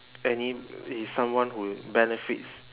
any is someone who benefits